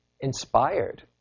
inspired